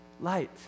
light